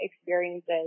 experiences